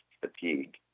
fatigue